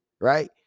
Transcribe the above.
right